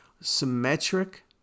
symmetric